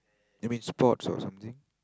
you mean sports or something